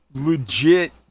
legit